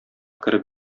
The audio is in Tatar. кереп